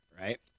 right